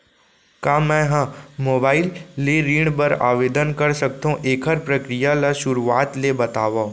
का मैं ह मोबाइल ले ऋण बर आवेदन कर सकथो, एखर प्रक्रिया ला शुरुआत ले बतावव?